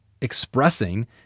expressing